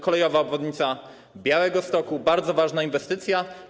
Kolejowa obwodnica Białegostoku, bardzo ważna inwestycja.